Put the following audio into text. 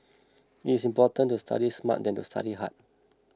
it's important to study smart than to study hard